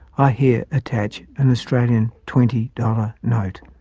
i here attach an australian twenty dollar note.